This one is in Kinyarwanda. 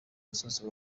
musozi